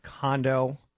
condo